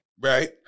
Right